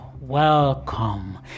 Welcome